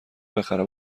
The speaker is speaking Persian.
بخره